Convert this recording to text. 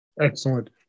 Excellent